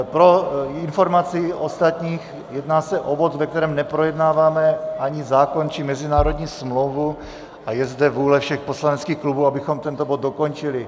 Pro informaci ostatních, jedná se o bod, ve kterém neprojednáváme ani zákon či mezinárodní smlouvu, a je zde vůle všech poslaneckých klubů, abychom tento bod dokončili.